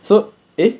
so eh